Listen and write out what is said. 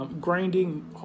grinding